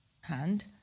hand